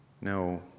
No